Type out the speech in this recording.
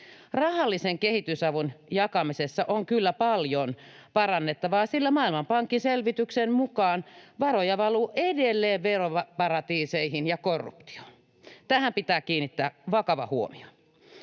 Rahallisen kehitysavun jakamisessa on kyllä paljon parannettavaa, sillä Maailmanpankin selvityksen mukaan varoja valuu edelleen veroparatiiseihin ja korruptioon. Tähän pitää kiinnittää vakava huomio.